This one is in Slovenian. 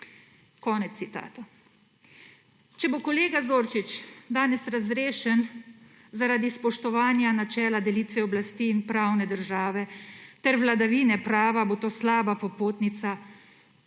Konec citata. Če bo kolega Zorčič danes razrešen zaradi spoštovanja načela delitve oblasti in pravne države ter vladavine prava, bo to slaba popotnica